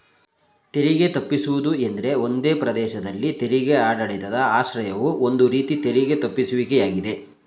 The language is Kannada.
ತೆರಿಗೆ ತಪ್ಪಿಸುವುದು ಎಂದ್ರೆ ಒಂದೇ ಪ್ರದೇಶದಲ್ಲಿ ತೆರಿಗೆ ಆಡಳಿತದ ಆಶ್ರಯವು ಒಂದು ರೀತಿ ತೆರಿಗೆ ತಪ್ಪಿಸುವಿಕೆ ಯಾಗಿದೆ